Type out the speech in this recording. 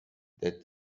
that